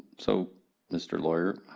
so mr. lawyer,